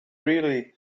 really